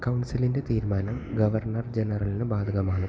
കൗൺസിലിൻ്റെ തീരുമാനം ഗവർണർ ജനറലിന് ബാധകമാണ്